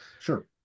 Sure